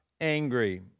angry